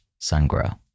sungrow